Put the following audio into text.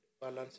balance